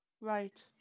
right